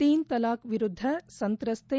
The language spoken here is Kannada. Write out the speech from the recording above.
ತೀನ್ ತಲಾಖ್ ವಿರುದ್ದ ಸಂತ್ರಶ್ಥೆ